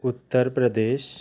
Uttar Pradesh